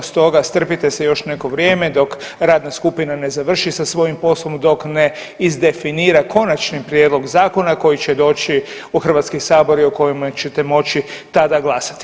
Stoga strpite se još neko vrijeme dok radna skupina ne završi sa svojim poslom, dok ne izdefinira konačni prijedlog zakona koji će doći u Hrvatski sabor i o kojem ćete moći tada glasati.